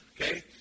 okay